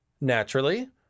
Naturally